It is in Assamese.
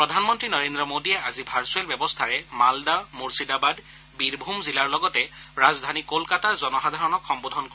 প্ৰধানমন্ত্ৰী নৰেন্দ্ৰ মোদীয়ে আজি ভাৰ্ছুৱেল ব্যৱস্থাৰে মালডা মুৰ্ছিদাবাদ বীৰভূম জিলাৰ লগতে ৰাজধানী কোলকাতাৰ জনসাধাৰণক সম্বোধন কৰিব